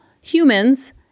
humans